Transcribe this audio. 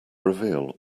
reveal